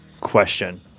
question